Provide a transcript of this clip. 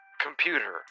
Computer